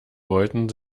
wollten